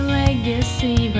legacy